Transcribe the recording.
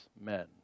men